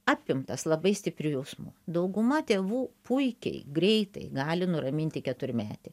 apimtas labai stiprių jausmų dauguma tėvų puikiai greitai gali nuraminti keturmetį